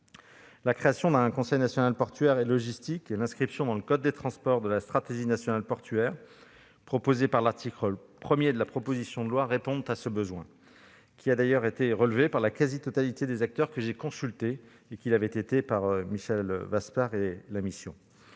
La création d'un Conseil national portuaire et logistique (CNPL) et l'inscription dans le code des transports de la stratégie nationale portuaire, prévues par l'article 1 de la proposition de loi, répondent à ce besoin qui a d'ailleurs été relevé par la quasi-totalité des acteurs que j'ai consultés, ainsi que par Michel Vaspart et la mission.